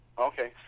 okay